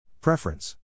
Preference